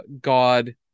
God